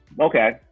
okay